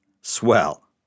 Swell